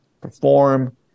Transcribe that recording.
perform